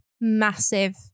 massive